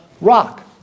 rock